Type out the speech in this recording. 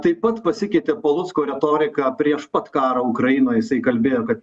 taip pat pasikeitė palucko retorika prieš pat karą ukrainoj jisai kalbėjo kad